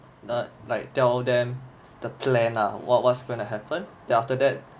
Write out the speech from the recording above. err like tell them the plan lah what what's going to happen then after that